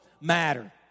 matter